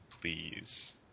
please